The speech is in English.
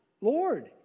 Lord